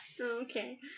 Okay